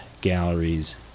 galleries